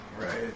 Right